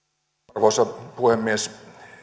arvoisa puhemies